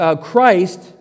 Christ